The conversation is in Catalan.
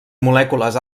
molècules